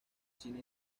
cine